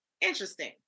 interesting